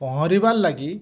ପହଁରିବାର୍ ଲାଗି